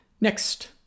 next